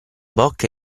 bocca